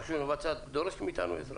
הרשות המבצעת דורשת מאיתנו עזרה.